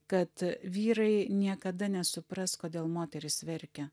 kad vyrai niekada nesupras kodėl moterys verkia